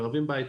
ערבים בהיי-טק,